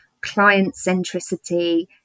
client-centricity